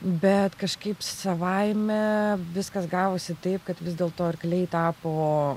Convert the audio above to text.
bet kažkaip savaime viskas gavosi taip kad vis dėlto arkliai tapo